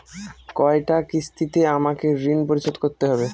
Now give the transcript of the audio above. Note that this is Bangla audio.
কয়টা কিস্তিতে আমাকে ঋণ পরিশোধ করতে হবে?